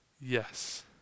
Yes